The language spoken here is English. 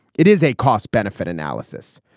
it is a cost benefit analysis.